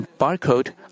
barcode